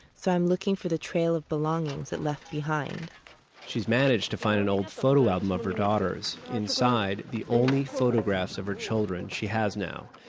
so i'm looking for the trail of belongings it left behind she's managed to find an old photo album of her daughter's. inside, the only photographs of her children she has now.